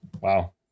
wow